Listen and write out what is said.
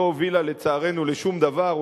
שלא הובילה לצערנו לשום דבר,